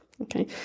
Okay